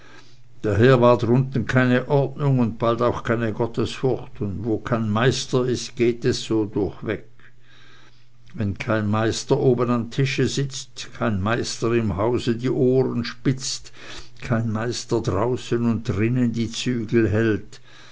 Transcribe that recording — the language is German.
daher war drunten keine ordnung und bald auch keine gottesfurcht und wo kein meister ist geht es so durchweg wenn kein meister oben am tische sitzt kein meister im hause die ohren spitzt kein meister draußen und drinnen die zügel hält